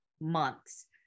months